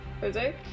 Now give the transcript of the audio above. Jose